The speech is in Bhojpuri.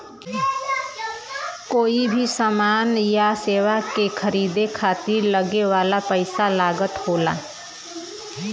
कोई भी समान या सेवा के खरीदे खातिर लगे वाला पइसा लागत होला